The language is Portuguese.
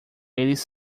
eles